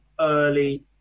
early